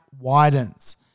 widens